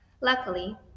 Luckily